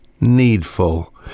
needful